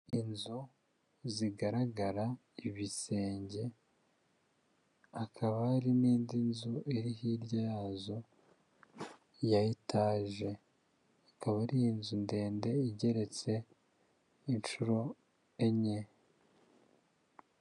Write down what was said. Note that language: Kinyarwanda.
Inzu zigaragara ibisenge, hakaba hari n'indi nzu iri hirya yazo ya etaje ikaba ari inzu ndende igeretse inshuro enye.